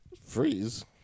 Freeze